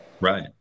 Right